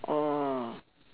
orh